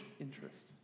interest